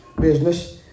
business